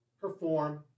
perform